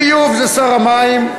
ביוב זה שר המים,